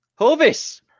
Hovis